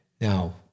Now